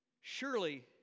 Surely